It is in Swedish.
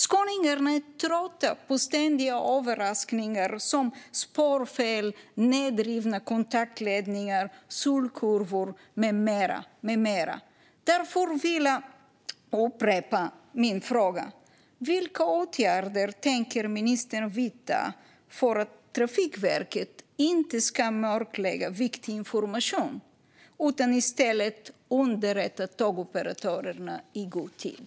Skåningarna är trötta på ständiga överraskningar som spårfel, nedrivna kontaktledningar, solkurvor med mera. Därför vill jag upprepa min fråga: Vilka åtgärder tänker ministern vidta för att Trafikverket inte ska mörklägga viktig information utan i stället underrätta tågoperatörerna i god tid?